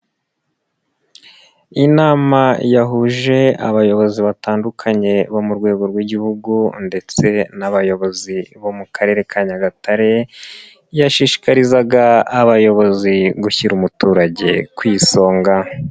Inama yahuje abayobozi batandukanye bo mu rwego rw'igihugu ndetse n'abayobozi bo mu Karere ka Nyagatare, yashishikarizaga abayobozi gushyira umuturage ku isonga.